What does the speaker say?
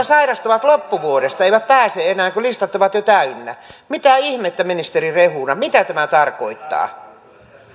sairastavat loppuvuodesta eivät pääse enää kun listat ovat jo täynnä mitä ihmettä ministeri rehula mitä tämä tarkoittaa